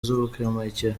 z’ubuhumekero